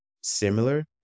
similar